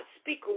speak